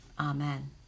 Amen